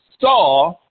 saw